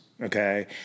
Okay